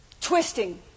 Twisting